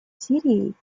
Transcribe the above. сирией